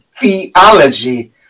theology